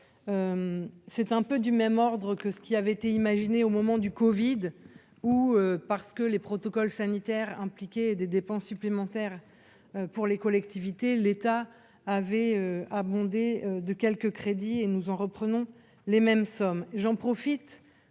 c'est un peu du même ordre que ce qui avait été imaginé au moment du Covid ou parce que les protocoles sanitaires impliqués des dépenses supplémentaires pour les collectivités, l'État avait abondé de quelques crédits et nous en reprenons. Les mêmes sommes j'en profite